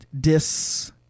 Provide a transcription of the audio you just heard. dis